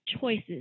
choices